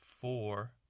Four